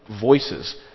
voices